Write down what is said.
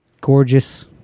gorgeous